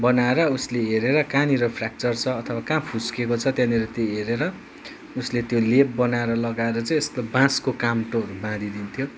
बनाएर उसले हेरेर कहाँ निर फ्रयाक्चर छ अथवा का फुस्केको छ त्यहाँनिर त्यो हेरेर उसले त्यो लेप बनाएर लगाएर चाहिँ यस्तो बाँसको काम्रोहरू बाँधी दिइन्थ्यो